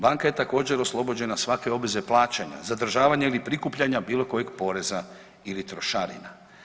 Banka je također oslobođena svake obveze plaćanja, zadržavanja ili prikupljanja bilo kojeg poreza ili trošarina.